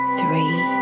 three